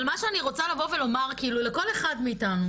אבל מה שאני רוצה לבוא ולומר לכל אחד מאיתנו,